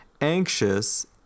anxious